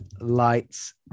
Lights